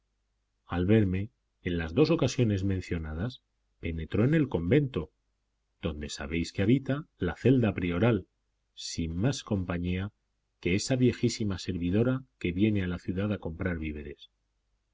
al verme en las dos ocasiones mencionadas penetró en el convento donde sabéis que habita la celda prioral sin más compaña que esa viejísima servidora que viene a la ciudad a comprar víveres